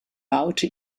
baute